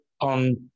on